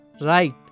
right